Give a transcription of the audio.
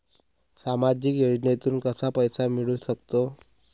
सामाजिक योजनेतून कसा पैसा मिळू सकतो?